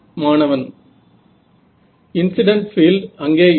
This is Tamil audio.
மாணவன் இன்ஸிடண்ட் பீல்ட் அங்கே இருக்கும்